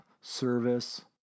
service